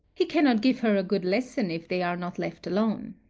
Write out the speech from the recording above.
he cannot give her a good lesson if they are not left alone.